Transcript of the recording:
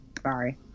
sorry